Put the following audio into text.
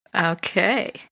Okay